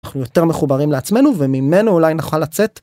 אנחנו יותר מחוברים לעצמנו, וממנו אולי נוכל לצאת?